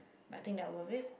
I think that worth it